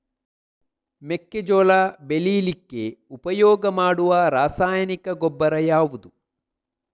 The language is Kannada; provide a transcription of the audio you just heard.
ಮೆಕ್ಕೆಜೋಳ ಬೆಳೀಲಿಕ್ಕೆ ಉಪಯೋಗ ಮಾಡುವ ರಾಸಾಯನಿಕ ಗೊಬ್ಬರ ಯಾವುದು?